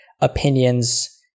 opinions